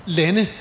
lande